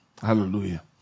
Hallelujah